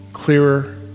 clearer